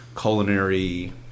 culinary